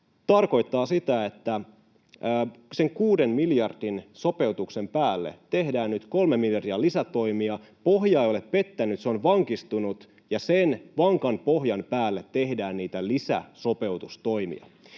tarkoittaa sitä, että sen kuuden miljardin sopeutuksen päälle tehdään nyt kolme miljardia lisätoimia. Pohja ei ole pettänyt, se on vankistunut, ja sen vankan pohjan päälle tehdään niitä lisäsopeutustoimia.